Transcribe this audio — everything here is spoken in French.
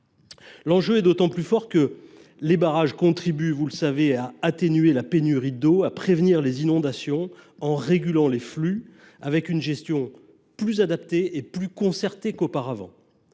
L’enjeu est d’autant plus important que les barrages contribuent à atténuer les pénuries d’eau et à prévenir les inondations en régulant les flux, grâce à une gestion plus adaptée et plus concertée qu’auparavant.